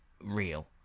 real